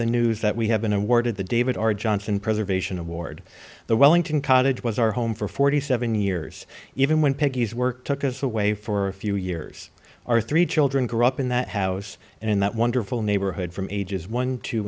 the news that we have been awarded the david or johnson preservation award the wellington college was our home for forty seven years even when piggy's work took us away for a few years our three children grew up in that house and in that wonderful neighborhood from ages one t